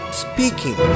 speaking